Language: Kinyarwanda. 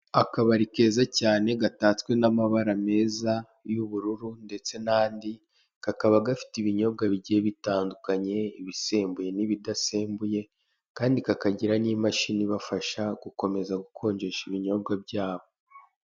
akabari keza cyane gatatswe n'amabara meza y'ubururu ndetse nandi kakaba gafite ibinyobwa bigiye bitandukanye ibisembuye n'ibidasembuye kandi kakagira n'imashini ibafasha gukomeza gukonjesha ibinyobwa byabo.